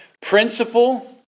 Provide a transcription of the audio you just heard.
Principle